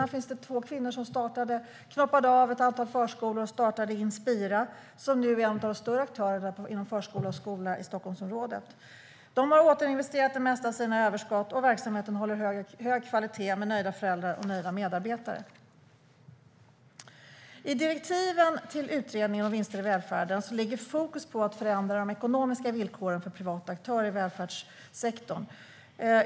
Där finns det två kvinnor som knoppade av ett antal förskolor och startade Inspira som nu är en av de större aktörerna inom förskola och skola i Stockholmsområdet. De har återinvesterat det mesta av sina överskott, och verksamheten håller hög kvalitet med nöjda föräldrar och nöjda medarbetare. I direktiven till utredningen om vinster i välfärden sätts fokus på att förändra de ekonomiska villkoren för privata aktörer i välfärdssektorn.